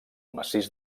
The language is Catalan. massís